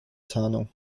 tarnung